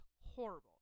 horrible